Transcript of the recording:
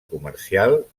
comercial